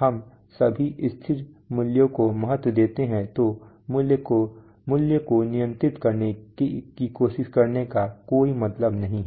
हम सभी स्थिर मूल्यों को महत्व देते हैं तो मूल्य को नियंत्रित करने की कोशिश करने का कोई मतलब नहीं है